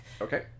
Okay